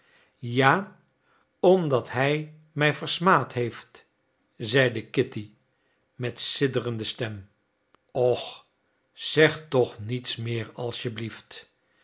ja omdat hij mij versmaad heeft zeide kitty met sidderende stem och zeg toch niets meer alsjeblieft